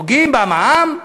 נוגעים במע"מ?